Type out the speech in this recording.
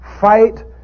fight